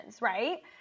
right